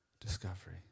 discovery